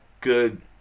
good